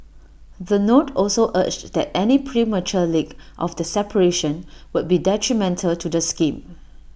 the note also urged that any premature leak of the separation would be detrimental to the scheme